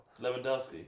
Lewandowski